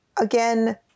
Again